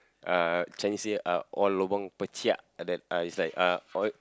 uh Chinese New Year uh all lobang and then uh is like uh all